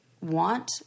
want